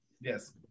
Yes